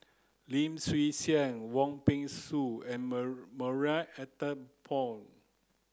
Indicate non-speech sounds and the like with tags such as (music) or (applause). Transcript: Lim Chwee Chian Wong Peng Soon and (unintelligible) Marie Ethel Bong